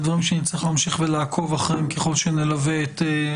אלה דברים שנצטרך להמשיך ולעקוב אחריהם ככל שנלווה את יישום החוק.